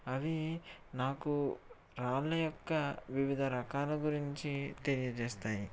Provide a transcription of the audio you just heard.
అవే నాకు రాళ్ళ యొక్క వివిధ రకాల గురించి తెలియజేస్తాయి